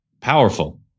Powerful